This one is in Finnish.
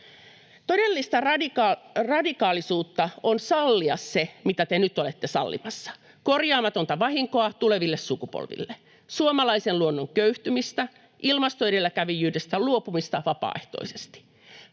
Todellista radikaalisuutta on sallia se, mitä te nyt olette sallimassa: korjaamatonta vahinkoa tuleville sukupolville, suomalaisen luonnon köyhtymistä, ilmastoedelläkävijyydestä luopumista vapaaehtoisesti.